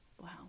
Wow